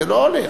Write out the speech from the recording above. זה לא הולך.